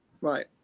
right